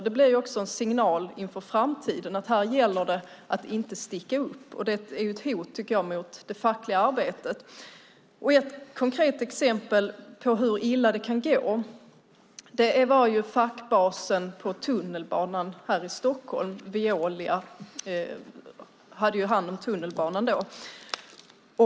Det blir också en signal inför framtiden: Här gäller det att inte sticka upp. Det är ett hot mot det fackliga arbetet. Ett konkret exempel på hur illa det kan gå var ju fackbasen på tunnelbanan här i Stockholm, när Veolia hade hand om den.